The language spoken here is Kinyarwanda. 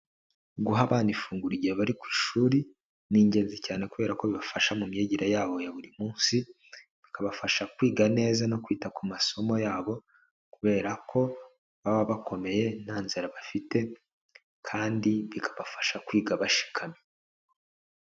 Guha abana ifunguro igihe bari ku ishuri, ni ingenzi cyane kubera ko bibafasha mu myigire yabo ya buri munsi, bikabafasha kwiga neza no kwita ku masomo yabo kubera ko baba bakomeye nta nzara bafite kandi bikabafasha kwiga bashikamye.